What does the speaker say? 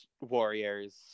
warriors